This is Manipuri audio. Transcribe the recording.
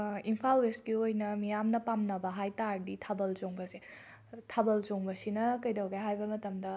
ꯏꯝꯐꯥꯜ ꯋꯦꯁꯀꯤ ꯑꯣꯏꯅ ꯃꯤꯌꯥꯝꯅ ꯄꯥꯝꯅꯕ ꯍꯥꯏ ꯇꯥꯔꯗꯤ ꯊꯥꯕꯜ ꯆꯣꯡꯕꯁꯦ ꯊꯥꯕꯜ ꯆꯣꯡꯕꯁꯤꯅ ꯀꯩꯗꯧꯒꯦ ꯍꯥꯏꯕ ꯃꯇꯝꯗ